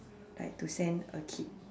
like to send a kid